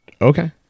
okay